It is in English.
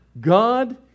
God